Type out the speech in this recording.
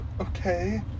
Okay